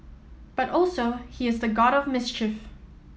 but also he is the god of mischief